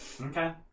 Okay